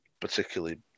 particularly